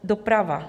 Doprava.